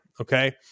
okay